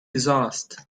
dishonest